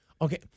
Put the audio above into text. Okay